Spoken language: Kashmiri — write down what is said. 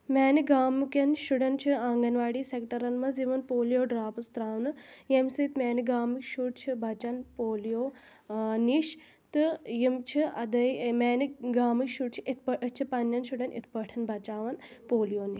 میٛانہِ گامہٕ کٮ۪ن شُرٮ۪ن چھِ آنٛگن واڑی سینٹَرَن منٛز یِوان پولیو ڈرٛاپَس ترٛاونہٕ ییٚمہِ سۭتۍ میٛانہِ گامٕکۍ شُرۍ چھِ بَچَن پولیو نِش تہٕ یِم چھِ اَدٕے میٛانہِ گامٕکۍ شُرۍ چھِ یِتھٕ پٲٹھۍ أسۍ چھِ پَنٕنٮ۪ن شُرٮ۪ن یِتھٕ پٲٹھۍ بچاوَن پولیو نِش